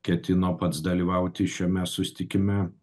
ketino pats dalyvauti šiame susitikime